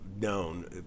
known